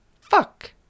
fuck